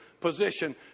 position